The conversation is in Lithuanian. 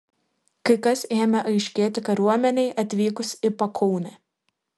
kai kas ėmė aiškėti kariuomenei atvykus į pakaunę